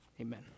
Amen